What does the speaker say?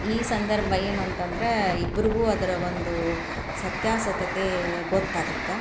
ಈ ಸಂದರ್ಭ ಏನು ಅಂತಂದ್ರೆ ಇಬ್ರಿಗೂ ಅದರ ಒಂದು ಸತ್ಯಾಸತ್ಯತೆ ಗೊತ್ತಾಗುತ್ತೆ